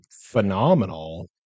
phenomenal